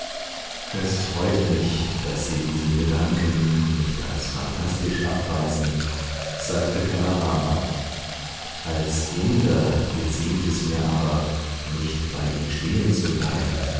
es freut mich daß sie diesen gedanken nicht als phantastisch abweisen sagte kala rama als inder geziemt es mir aber nicht bei ihm stehen zu bleiben